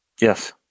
Yes